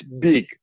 big